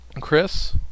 Chris